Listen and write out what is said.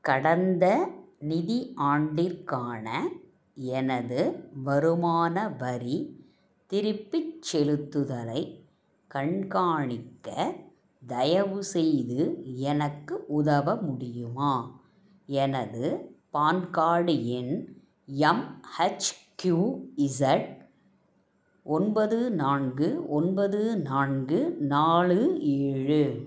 கடந்த நிதி ஆண்டிற்கான எனது வருமான வரி திருப்பிச் செலுத்துதலைக் கண்காணிக்க தயவுசெய்து எனக்கு உதவ முடியுமா எனது பான் கார்டு எண் எம் ஹச் கியூ இசெட் ஒன்பது நான்கு ஒன்பது நான்கு நாலு ஏழு